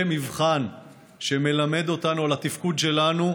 זה מקרה מבחן שמלמד אותנו על התפקוד שלנו,